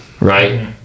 Right